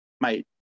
mate